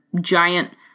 giant